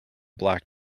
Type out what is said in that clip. black